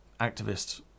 activists